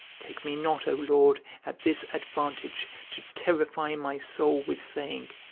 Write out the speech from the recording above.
take me not, o lord, at this advantage, to terrify my soul with saying,